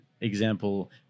example